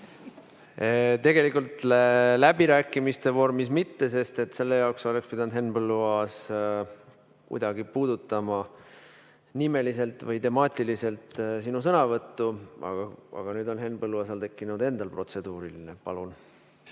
Tegelikult läbirääkimiste vormis mitte, sest selle jaoks oleks pidanud Henn Põlluaas kuidagi puudutama nimeliselt või temaatiliselt sinu sõnavõttu. Aga nüüd on Henn Põlluaasal endal tekkinud protseduuriline küsimus.